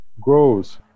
grows